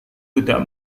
tidak